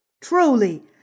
Truly